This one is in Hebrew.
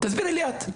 תסביר לי את.